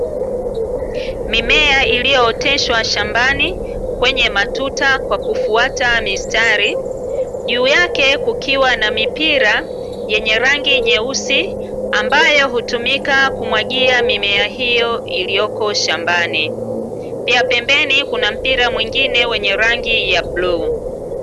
Mimea iliyooteshwa shambani, kwenye matuta kwa kufuata mistari, juu yake kukiwa na mipira yenye rangi nyeusi, ambayo hutumika kumwagia mimea hiyo iliyoko shambani. Pia pembeni kuna mpira mwingine wenye rangi ya bluu.